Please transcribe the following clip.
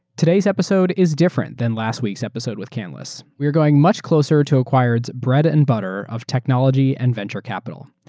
today's episode is different from last week's episode with canlis. we are going much closer to acquiredaeurs bread and butter of technology and venture capital.